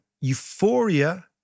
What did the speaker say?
euphoria